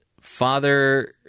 father